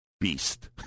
beast